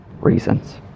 reasons